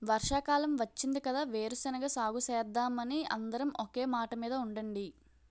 వర్షాకాలం వచ్చింది కదా వేరుశెనగ సాగుసేద్దామని అందరం ఒకే మాటమీద ఉండండి